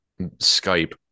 Skype